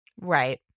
Right